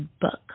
book